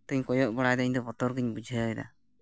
ᱱᱚᱛᱮᱧ ᱠᱚᱭᱚᱜ ᱵᱟᱲᱟᱭᱮᱫᱟ ᱤᱧᱫᱚ ᱵᱚᱛᱚᱨ ᱜᱤᱧ ᱵᱩᱡᱷᱟᱹᱣᱮᱫᱟ